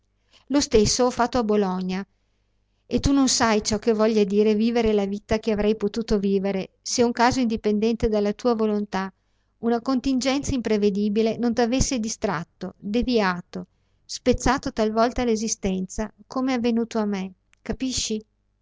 lo stesso ho fatto a bologna e tu non sai ciò che voglia dire vivere la vita che avresti potuto vivere se un caso indipendente dalla tua volontà una contingenza imprevedibile non t'avesse distratto deviato spezzato talvolta l'esistenza com'è avvenuto a me capisci